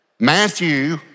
Matthew